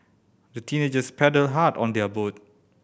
the teenagers paddled hard on their boat